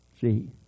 See